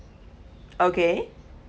okay